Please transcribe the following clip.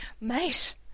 Mate